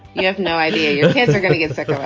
you have no idea your kids are going to get to pick